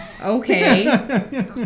Okay